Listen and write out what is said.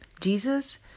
Jesus